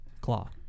Claw